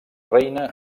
reina